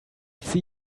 see